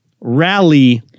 rally